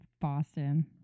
boston